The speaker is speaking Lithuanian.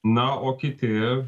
na o kiti